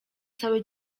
cały